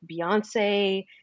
Beyonce